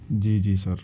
جی جی سر